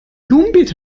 blumenbeet